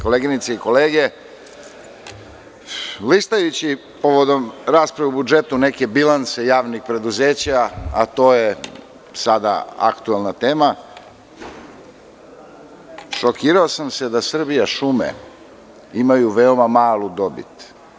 Koleginice i kolege, listajući povodom rasprave o budžetu neke bilanse javnih preduzeća, a to je sada aktuelna tema, šokirao sam se da „Srbijašume“ imaju veoma malu dobit.